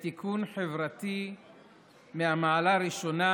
בתיקון חברתי מהמעלה הראשונה,